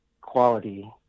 quality